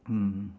mmhmm